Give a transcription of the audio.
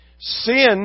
sin